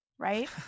right